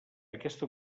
aquesta